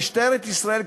משטרת ישראל,